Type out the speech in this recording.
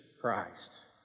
Christ